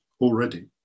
already